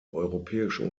europäische